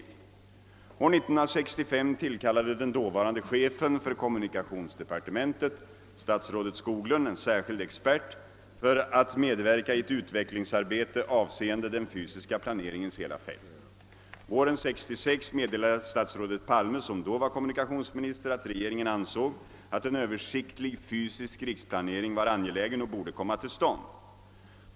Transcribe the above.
År 1965 tillkallade den dåvarande che fen för kommunikationsdepartementet, statsrådet Skoglund, en särskild expert för att medverka i ett utvecklingsarbete avseende den fysiska planeringens hela fält. Våren 1966 meddelade statsrådet Palme, som då var kommunikationsminister, att regeringen ansåg att en översiktlig fysisk riksplanering var angelägen och borde komma till stånd.